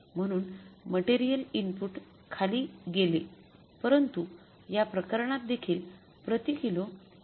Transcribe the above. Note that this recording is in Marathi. म्हणून मटेरियल इनपुट खाली गेले परंतु या प्रकरणात देखील प्रति किलो १